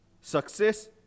success